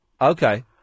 Okay